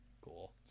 Cool